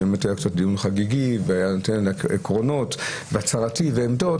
שהיה דיון חגיגי והיה יותר על עקרונות והצהרתי והבעת עמדות,